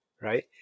right